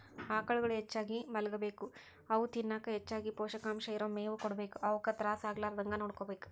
ಆಕಳುಗಳು ಹೆಚ್ಚಾಗಿ ಮಲಗಬೇಕು ಅವು ತಿನ್ನಕ ಹೆಚ್ಚಗಿ ಪೋಷಕಾಂಶ ಇರೋ ಮೇವು ಕೊಡಬೇಕು ಅವುಕ ತ್ರಾಸ ಆಗಲಾರದಂಗ ನೋಡ್ಕೋಬೇಕು